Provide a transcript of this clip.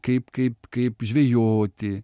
kaip kaip kaip žvejoti